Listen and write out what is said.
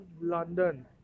London